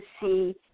see